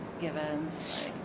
Givens